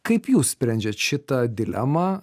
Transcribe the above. kaip jūs sprendžiat šitą dilemą